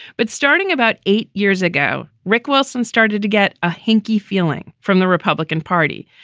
but starting about eight years ago, rick wilson started to get a hinky feeling from the republican party.